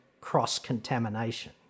cross-contamination